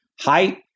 height